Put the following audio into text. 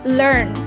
learn